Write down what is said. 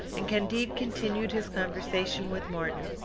and candide continued his conversation with martin.